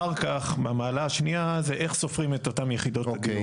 אחר כך מהמעלה השנייה זה איך סופרים את אותן יחידות הדיור.